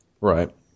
Right